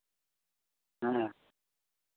ᱦᱮᱸ